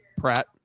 Pratt